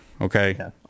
okay